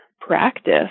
practice